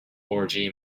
orgy